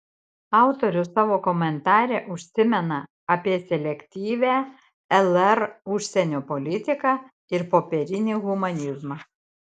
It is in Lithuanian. autorius savo komentare užsimena apie selektyvią lr užsienio politiką ir popierinį humanizmą